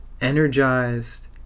energized